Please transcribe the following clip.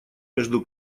между